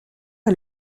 est